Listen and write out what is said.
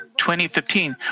2015